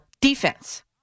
defense